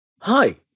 Hi